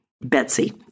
Betsy